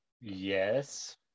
Yes